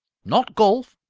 not golf.